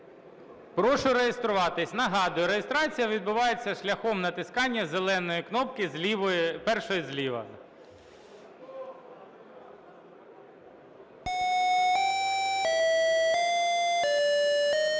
Прошу реєструватись. Нагадую, реєстрація відбувається шляхом натискання зеленої кнопки, першої зліва.